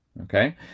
okay